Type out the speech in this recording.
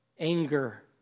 Anger